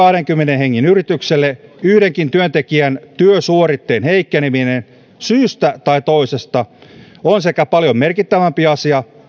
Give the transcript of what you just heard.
kahdenkymmenen hengen yritykselle yhdenkin työntekijän työsuoritteen heikkeneminen syystä tai toisesta on sekä paljon merkittävämpi asia